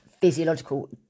physiological